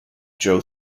joe